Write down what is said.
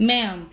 Ma'am